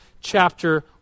chapter